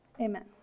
amen